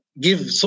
give